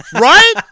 Right